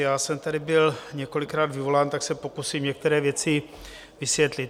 Já jsem tady byl několikrát vyvolán, tak se pokusím některé věci vysvětlit.